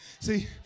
See